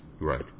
Right